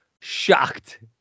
shocked